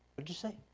what'd you say?